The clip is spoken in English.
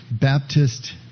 Baptist